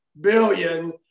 billion